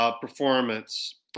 performance